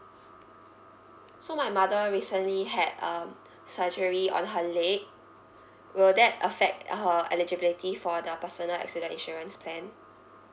so my mother recently had um surgery on her leg will that affect her eligibility for the personal accident insurance plan